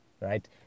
right